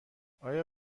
آیا